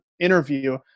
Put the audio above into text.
interview